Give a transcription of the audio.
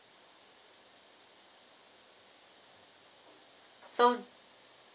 so